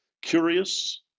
curious